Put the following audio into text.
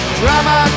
drama